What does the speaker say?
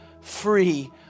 free